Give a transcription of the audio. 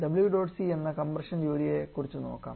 WdotC എന്ന compression ജോലിയെക്കുറിച്ച്നോക്കാം